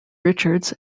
richards